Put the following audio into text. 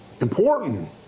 important